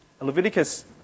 Leviticus